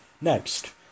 next